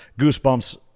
Goosebumps